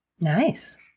Nice